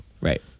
Right